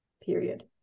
Period